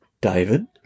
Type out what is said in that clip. David